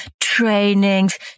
trainings